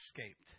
escaped